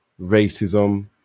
racism